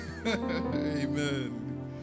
Amen